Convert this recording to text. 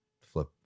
flip